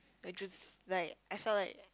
I just like I felt like